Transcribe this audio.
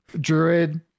druid